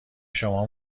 شما